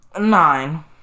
nine